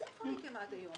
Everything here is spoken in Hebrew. אז איפה הייתם עד היום?